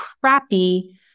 crappy